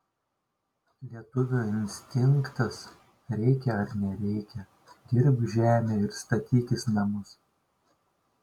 lietuvių instinktas reikia ar nereikia dirbk žemę ir statykis namus